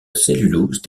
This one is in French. cellulose